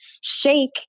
shake